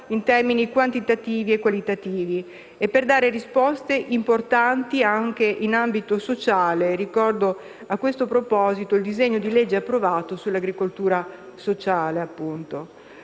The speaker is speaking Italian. in termini quantitativi e qualitativi, e per dare risposte importanti anche in ambito sociale. Ricordo a questo proposito il disegno di legge approvato sull'agricoltura sociale.